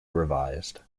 revised